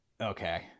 okay